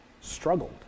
Struggled